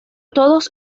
todos